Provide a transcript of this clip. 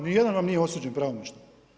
Ni jedan vam nije osuđen pravomoćno.